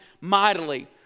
mightily